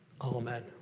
Amen